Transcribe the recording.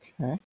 Okay